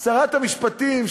שרת המשפטים,